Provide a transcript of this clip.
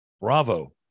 Bravo